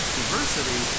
diversity